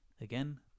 Again